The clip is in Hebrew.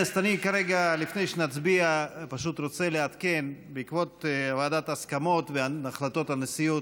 פשוט רוצה לעדכן בעקבות ועדת ההסכמות והחלטות הנשיאות.